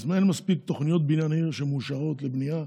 אין מספיק תוכניות בניין עיר שמאושרות לבנייה.